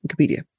Wikipedia